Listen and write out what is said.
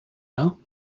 know